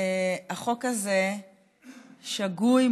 החוק הזה שגוי,